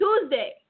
Tuesday